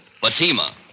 Fatima